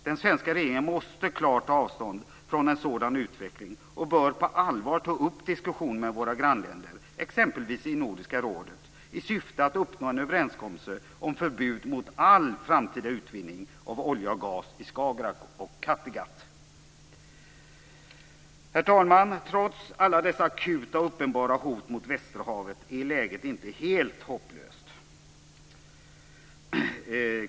Den svenska regeringen måste klart ta avstånd från en sådan utveckling och bör på allvar ta upp diskussionen med våra grannländer, exempelvis i Nordiska rådet, i syfte att upp nå en överenskommelse om förbud mot all framtida utvinning av olja och gas i Herr talman! Trots alla dessa akuta och uppenbara hot mot västerhavet är läget inte helt hopplöst.